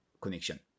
connection